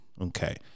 Okay